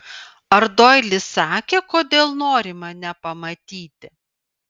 ar doilis sakė kodėl nori mane pamatyti